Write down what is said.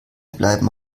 bleiben